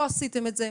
לא עשיתם את זה.